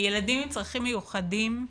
ילדים עם צרכים מיוחדים,